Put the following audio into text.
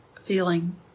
feeling